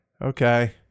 Okay